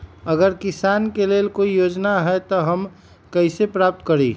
अगर किसान के लेल कोई योजना है त हम कईसे प्राप्त करी?